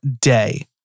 day